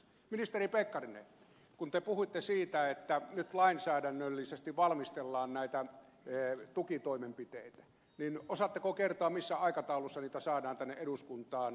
ministeri pekkarinen kun te puhuitte siitä että nyt lainsäädännöllisesti valmistellaan näitä tukitoimenpiteitä niin osaatteko kertoa missä aikataulussa niitä saadaan tänne eduskuntaan käsiteltäväksi